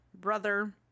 brother